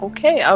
Okay